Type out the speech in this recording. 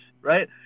right